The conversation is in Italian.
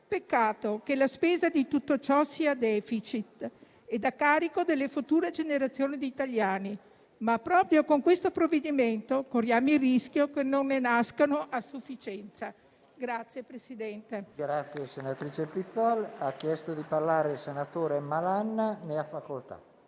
Peccato che la spesa di tutto ciò sia a *deficit* e a carico delle future generazioni di italiani e che, proprio con questo provvedimento, corriamo il rischio che non ne nascano a sufficienza.